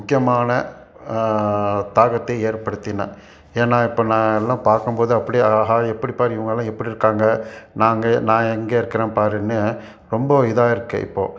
முக்கியமான தாக்கத்தை ஏற்படுத்தின ஏன்னா இப்போ நான் எல்லாம் பார்க்கும்போது அப்படியே அழகாக எப்படி பார் இவங்கள்லாம் எப்படி இருக்காங்க நாங்கள் நான் எங்கே இருக்கிறேன் பாருன்னு ரொம்ப இதாக இருக்குது இப்போது